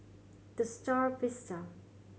The Star Vista